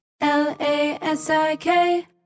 L-A-S-I-K